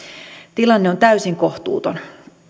tilanne on täysin kohtuuton